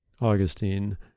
Augustine